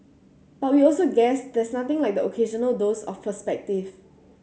but we also guess there's nothing like the occasional dose of perspective